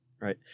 Right